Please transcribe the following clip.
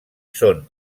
són